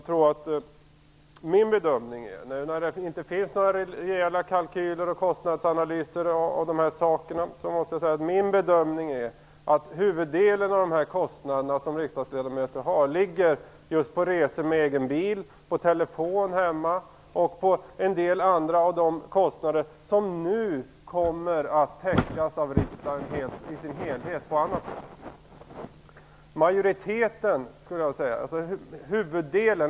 När det nu inte finns några rejäla kalkyler och kostnadsanalyser är min bedömning att huvuddelen av de kostnader som riksdagsledamöterna har avser resor med egen bil, telefon hemma och en del av de andra saker som nu kommer att i sin helhet täckas av riksdagen på annat sätt.